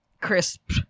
crisp